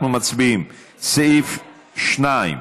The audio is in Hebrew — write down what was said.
אנחנו מצביעים על סעיפים 3,